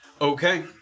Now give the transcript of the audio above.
Okay